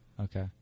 Okay